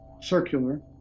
circular